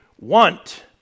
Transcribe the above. want